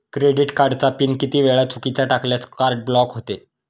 Credit कार्डचा PIN किती वेळा चुकीचा टाकल्यास कार्ड ब्लॉक होते?